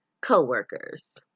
co-workers